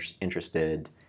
interested